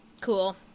Cool